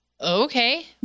Okay